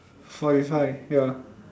forty five ya